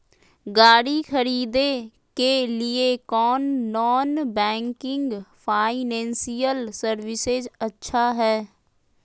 गाड़ी खरीदे के लिए कौन नॉन बैंकिंग फाइनेंशियल सर्विसेज अच्छा है?